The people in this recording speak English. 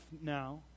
now